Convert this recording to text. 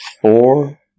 Four